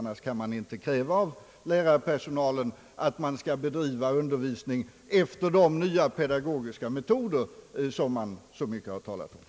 Annars kan man inte kräva av lärarpersonalen att den skall bedriva undervisning efter de nya pedagogiska metoder, som det så mycket talats om.